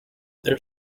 their